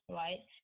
right